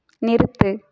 நிறுத்து